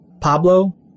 pablo